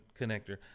connector